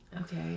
Okay